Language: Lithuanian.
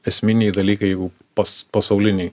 esminiai dalykai jeigu pas pasauliniai